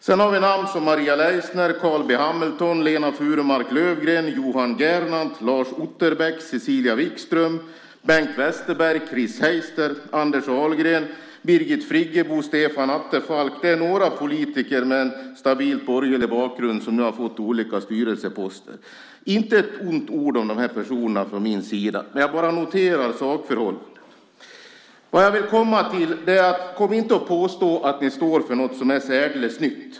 Sedan har vi namn som Maria Leissner, Carl B Hamilton, Lena Furmark Löfgren, Johan Gernandt, Lars Otterbeck, Cecilia Wikström, Bengt Westerberg, Chris Heister, Anders Ahlgren, Birgit Friggebo och Stefan Attefall. Det är några politiker med en stabil borgerlig bakgrund som nu har fått olika styrelseposter. Inte ett ont ord om dessa personer från min sida. Men jag bara noterar sakförhållanden. Det som jag vill komma till är att ni inte ska komma och påstå att ni står för någonting som är särskilt nytt.